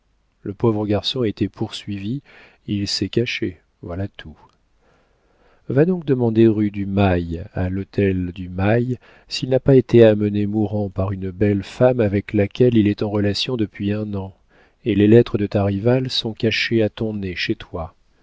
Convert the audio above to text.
le pauvre garçon était poursuivi il s'est caché voilà tout va donc demander rue du mail à l'hôtel du mail s'il n'a pas été amené mourant par une belle femme avec laquelle il est en relation depuis un an et les lettres de ta rivale sont cachées à ton nez chez toi